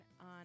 on